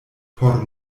por